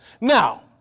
Now